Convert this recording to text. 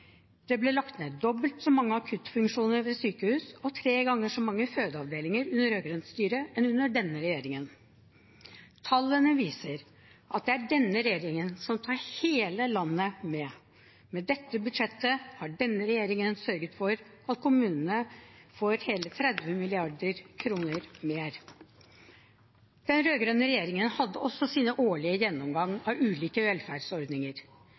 Det ble lagt ned dobbelt så mange akuttfunksjoner ved sykehus og tre ganger så mange fødeavdelinger under rød-grønt styre enn under denne regjeringen. Tallene viser at det er denne regjeringen som tar hele landet med. Med dette budsjettet har denne regjeringen sørget for at kommunene får hele 30 mrd. kr mer. Den rød-grønne regjeringen hadde også sin årlige gjennomgang av ulike velferdsordninger.